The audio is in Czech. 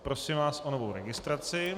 Prosím vás o novou registraci.